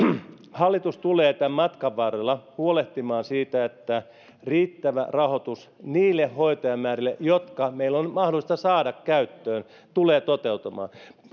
hallitus tulee tämän matkan varrella huolehtimaan siitä että riittävä rahoitus niille hoitajamäärille jotka meillä on mahdollista saada käyttöön tulee toteutumaan